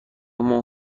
مهر